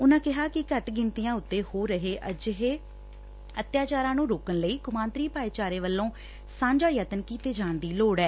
ਉਨਾਂ ਕਿਹਾ ਕਿ ਘੱਟ ਗਿਣਤੀਆਂ ਉਤੇ ਹੋ ਰਹੇ ਅਜਿਹੇ ਅਤਿਆਚਾਰਾਂ ਨੂੰ ਰੋਕਣ ਲਈ ਕੌਮਾਂਤਰੀ ਭਾਈਚਾਰੇ ਵੱਲੋਂ ਸਾਂਝਾ ਯਤਨ ਕੀਤੇ ਜਾਣ ਦੀ ਲੋੜ ਐ